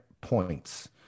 points